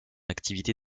activité